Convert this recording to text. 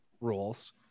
rules